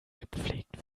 gepflegt